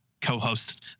co-host